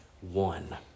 one